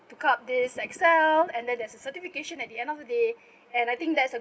took up this Excel and then there's a certification at the end of the day and I think that's a